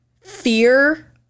fear